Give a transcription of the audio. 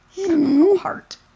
Heart